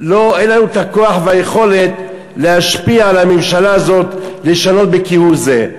אין לנו הכוח והיכולת להשפיע על הממשלה הזאת לשנות כהוא-זה.